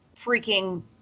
freaking